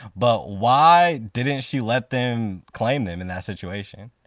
but why didn't she let them claim them in that situation?